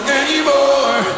anymore